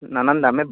নানান দামের